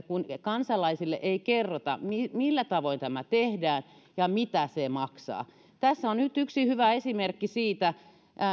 kun kansalaisille ei kerrota millä millä tavoin tämä tehdään ja mitä se maksaa tässä on nyt yksi hyvä esimerkki siitä